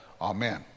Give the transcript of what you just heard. Amen